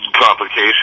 complication